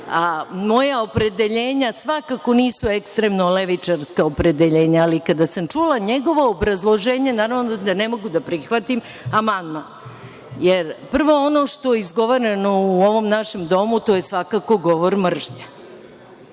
da moja opredeljenja svakako nisu ekstremno levičarsko opredeljenja, ali kada sam čula njegovo obrazloženje, naravno da ne mogu da prihvatim amandman. Prvo, ono što je izgovoreno u ovom našem domu je svakako govor mržnje.